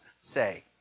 say